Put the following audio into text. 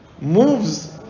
moves